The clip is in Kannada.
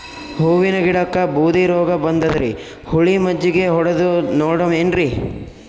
ಹೂವಿನ ಗಿಡಕ್ಕ ಬೂದಿ ರೋಗಬಂದದರಿ, ಹುಳಿ ಮಜ್ಜಗಿ ಹೊಡದು ನೋಡಮ ಏನ್ರೀ?